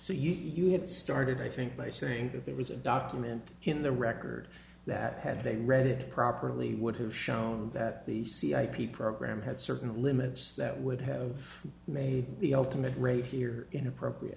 so you had started i think by saying that there was a document in the record that had they read it properly would have shown that the c i p program had certain limits that would have made the ultimate rate here inappropriate